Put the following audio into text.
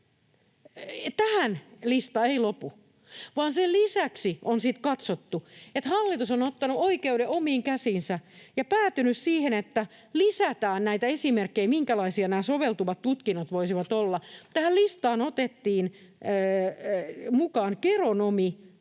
tähän lista ei lopu, vaan sen lisäksi hallitus on ottanut oikeuden omiin käsiinsä ja päätynyt siihen, että lisätään näitä esimerkkejä, minkälaisia nämä soveltuvat tutkinnot voisivat olla, ja tähän listaan otettiin mukaan geronomi ja